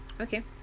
Okay